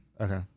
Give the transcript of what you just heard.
Okay